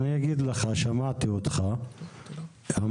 ולכן אני אגיד לך שבערים רבות במדינת